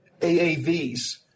AAVs